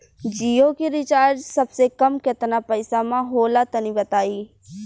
जियो के रिचार्ज सबसे कम केतना पईसा म होला तनि बताई?